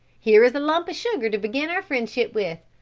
here is a lump of sugar to begin our friendship with,